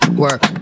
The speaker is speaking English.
work